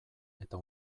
eta